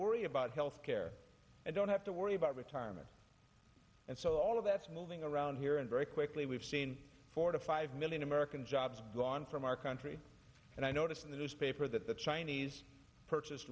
worry about health care and don't have to worry about retirement and so all of that's moving around here and very quickly we've seen four to five million american jobs gone from our country and i noticed in the newspaper that the chinese purchased